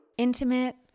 Intimate